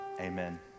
amen